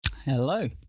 Hello